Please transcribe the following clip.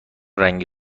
رنگی